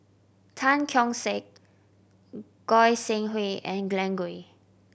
Tan Keong Saik Goi Seng Hui and Glen Goei